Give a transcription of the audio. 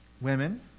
women